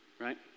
Right